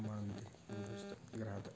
ꯃꯥꯟꯗꯦ ꯌꯨꯅꯤꯕꯔꯁꯇ ꯒ꯭ꯔꯍꯗ